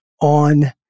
on